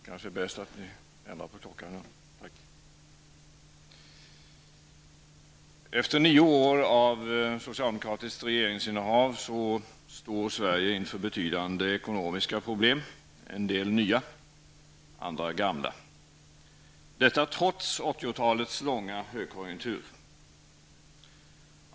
Herr talman! Efter nio år av socialdemokratiskt regeringsinnehav står Sverige inför betydande ekonomiska problem -- en del nya, andra gamla --, detta trots 1980-talets långa högkonjunktur.